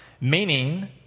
meaning